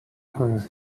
her